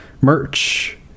merch